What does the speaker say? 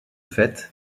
fait